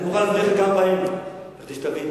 אני מוכן להסביר לך כמה פעמים כדי שתבין,